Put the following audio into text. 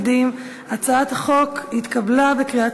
ההצעה להעביר את הצעת חוק לתיקון פקודת